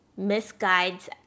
misguides